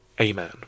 Amen